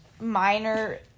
minor